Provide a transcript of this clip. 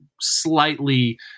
slightly